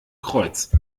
kreuz